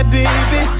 baby